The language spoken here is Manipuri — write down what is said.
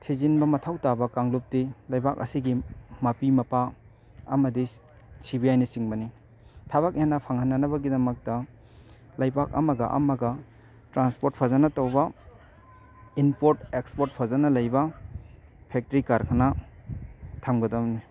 ꯊꯤꯖꯤꯟꯕ ꯃꯊꯧ ꯇꯥꯕ ꯀꯥꯡꯂꯨꯞꯇꯤ ꯂꯩꯕꯥꯛ ꯑꯁꯤꯒꯤ ꯃꯄꯤ ꯃꯄꯥ ꯑꯃꯗꯤ ꯁꯤ ꯕꯤ ꯑꯥꯏꯅ ꯆꯤꯡꯕꯅꯤ ꯊꯕꯛ ꯍꯦꯟꯅ ꯐꯪꯍꯟꯅꯅꯕꯒꯤꯗꯃꯛꯇ ꯂꯩꯕꯥꯛ ꯑꯃꯒ ꯑꯃꯒ ꯇ꯭ꯔꯥꯟꯁꯄꯣꯠ ꯐꯖꯅ ꯇꯧꯕ ꯏꯝꯄꯣꯔꯠ ꯑꯦꯛꯁꯄꯣꯔꯠ ꯐꯖꯅ ꯂꯩꯕ ꯐꯦꯛꯇꯔꯤ ꯀꯔꯈꯥꯅ ꯊꯝꯒꯗꯝꯅꯤ